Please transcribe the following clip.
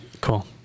Cool